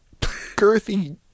girthy